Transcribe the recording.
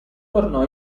tornò